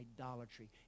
idolatry